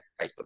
Facebook